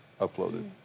uploaded